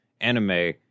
anime